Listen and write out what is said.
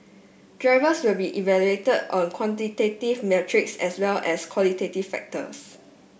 drivers will be evaluated on quantitative metrics as well as qualitative factors